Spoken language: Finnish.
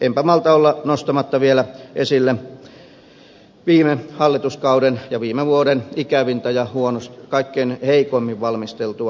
enpä malta olla nostamatta vielä esille viime hallituskauden ja viime vuoden ikävintä ja kaikkein heikoimmin valmisteltua asiaa